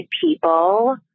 people